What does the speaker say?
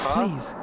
Please